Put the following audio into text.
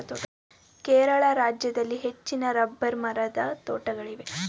ಕೇರಳ ರಾಜ್ಯದಲ್ಲಿ ಹೆಚ್ಚಿನ ರಬ್ಬರ್ ಮರದ ತೋಟಗಳಿವೆ